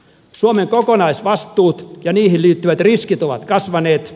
suomen kokonaisvastuuta ja niihin liittyvät riskit ovat kasvaneet